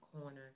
corner